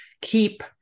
keep